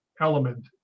element